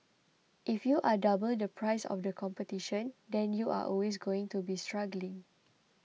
if you are double the price of the competition then you are always going to be struggling